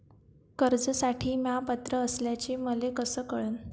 कर्जसाठी म्या पात्र असल्याचे मले कस कळन?